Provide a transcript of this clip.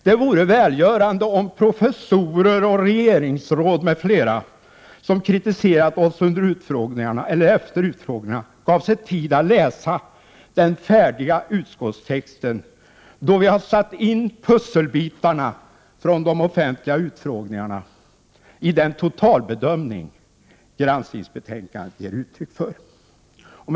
Det vore välgörande om professorer och regeringsråd m.fl., som kritiserat oss efter utfrågningarna, gav sig tid att läsa den färdiga utskottstexten, där vi har satt in pusselbitarna från de offentliga utfrågningarna i den totalbedömning som granskningsbetänkandet ger uttryck för.